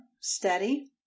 steady